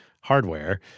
hardware